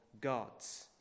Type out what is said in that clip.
God's